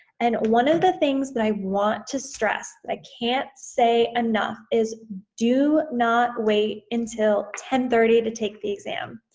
and one of the things that i want to stress, that i can't say enough is, do not wait until ten thirty to take the exam,